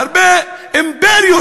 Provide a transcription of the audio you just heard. הרבה אימפריות,